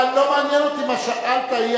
מה זה